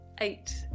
eight